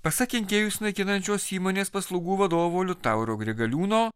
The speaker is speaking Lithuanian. pasak kenkėjus naikinančios įmonės paslaugų vadovo liutauro grigaliūno